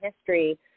history